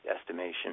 estimation